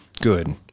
good